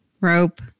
rope